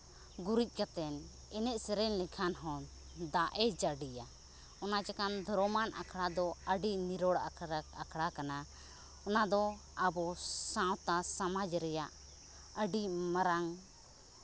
ᱜᱩᱨᱤᱡ ᱠᱟᱛᱮᱫ ᱮᱱᱮᱡ ᱥᱮᱨᱮᱧ ᱞᱮᱠᱷᱟᱱ ᱦᱚᱸ ᱫᱟᱜ ᱮ ᱡᱟᱹᱲᱤᱭᱟ ᱚᱱᱟ ᱪᱤᱠᱟᱹ ᱫᱷᱚᱨᱚᱢᱟᱱ ᱟᱠᱷᱲᱟ ᱫᱚ ᱟᱹᱰᱤ ᱱᱤᱨᱚᱲ ᱟᱠᱷᱲᱟ ᱠᱟᱱᱟ ᱚᱱᱟᱫᱚ ᱟᱵᱚ ᱥᱟᱶᱛᱟ ᱥᱚᱢᱟᱡᱽ ᱨᱮᱭᱟᱜ ᱟᱹᱰᱤ ᱢᱟᱨᱟᱝ